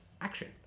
action